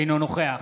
אינו נוכח